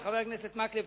וחבר הכנסת מקלב,